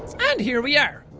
and here we are.